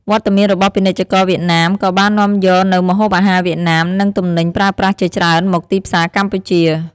វត្តមានរបស់ពាណិជ្ជករវៀតណាមក៏បាននាំយកនូវម្ហូបអាហារវៀតណាមនិងទំនិញប្រើប្រាស់ជាច្រើនមកទីផ្សារកម្ពុជា។